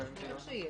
בטח שיש.